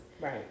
Right